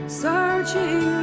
searching